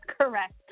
Correct